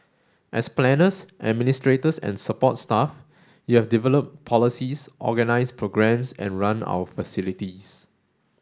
as planners administrators and support staff you have developed policies organised programmes and run our facilities